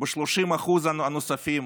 ב-30% נוספים,